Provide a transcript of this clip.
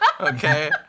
Okay